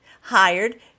hired